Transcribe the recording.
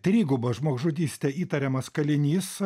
triguba žmogžudyste įtariamas kalinys